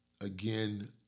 again